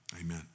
Amen